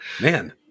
Man